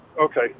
Okay